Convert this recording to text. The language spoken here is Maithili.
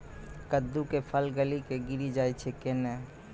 कददु के फल गली कऽ गिरी जाय छै कैने?